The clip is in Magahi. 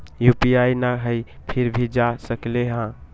यू.पी.आई न हई फिर भी जा सकलई ह?